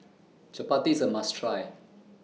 Chapati IS A must Try